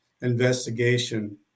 investigation